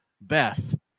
Beth